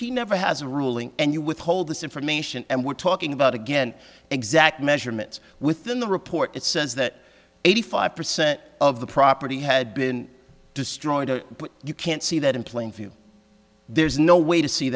he never has a ruling and you withhold this information and we're talking about again exact measurements with the report it says that eighty five percent of the property had been destroyed and you can't see that in plain view there's no way to see